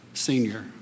senior